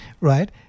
right